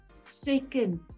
second